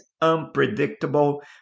unpredictable